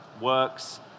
works